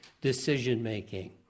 decision-making